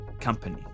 company